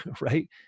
right